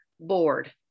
Board